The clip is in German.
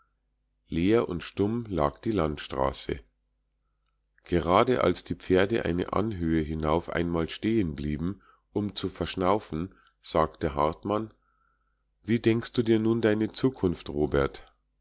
leer und stumm lag die landstraße gerade als die pferde eine anhöhe hinauf einmal stehen blieben um zu verschnaufen sagte hartmann wie denkst du dir nun deine zukunft robert